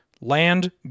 land